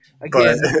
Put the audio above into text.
Again